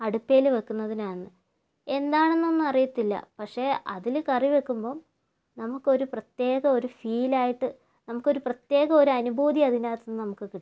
അടുപ്പിൽ വെക്കുന്നതിനാന്ന് എന്താണെന്നൊന്നും അറിയത്തില്ല പക്ഷെ അതിൽ കറി വെക്കുമ്പം നമുക്കൊരു പ്രത്യേക ഒരു ഫീലായിട്ട് നമുക്ക് ഒരു പ്രത്യേക ഒരനുഭൂതി അതിനകത്തുനിന്ന് നമുക്ക് കിട്ടും